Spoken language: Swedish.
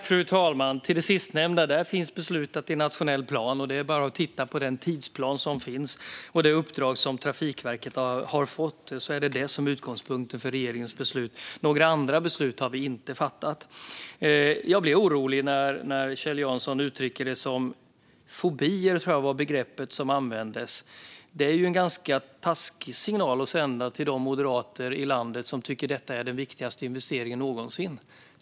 Fru talman! Det sistnämnda finns beslutat i nationell plan. Det är bara att titta på den tidsplan som finns och det uppdrag som Trafikverket har fått. Det är det som är utgångspunkten för regeringens beslut. Några andra beslut har vi inte fattat. Jag blir orolig när Kjell Jansson talar om fobier - jag tror att det var det begrepp han använde. Det är en ganska taskig signal att sända till de moderater i landet som tycker att detta är den viktigaste investeringen någonsin.